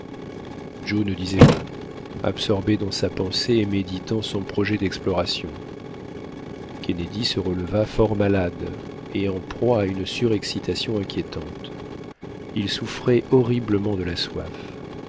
ne disait mot absorbé dans sa pensée et méditant son projet d'exploration kennedy se releva fort malade et en proie à une surexcitation inquiétante il souffrait horriblement de la soif